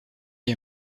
est